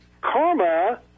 karma